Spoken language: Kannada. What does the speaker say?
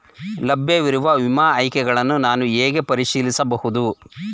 ಲಭ್ಯವಿರುವ ವಿಮಾ ಆಯ್ಕೆಗಳನ್ನು ನಾನು ಹೇಗೆ ಪರಿಶೀಲಿಸಬಹುದು?